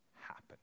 happen